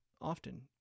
often